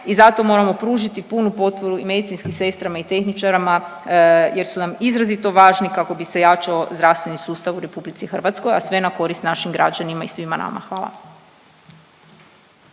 i zato moramo pružiti punu potporu i medicinskim sestrama i tehničarima, jer su nam izrazito važni kako bi se ojačao zdravstveni sustav u Republici Hrvatskoj, a sve na korist našim građanima i svima nama. Hvala.